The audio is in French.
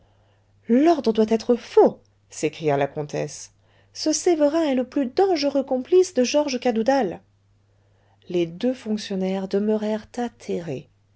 l'ordre doit être faux s'écria la comtesse ce sévérin est le plus dangereux complice de georges cadoudal les deux fonctionnaires demeurèrent atterrés